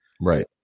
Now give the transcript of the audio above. Right